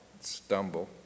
stumble